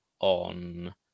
on